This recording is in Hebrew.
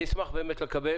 אני אשמח לקבל,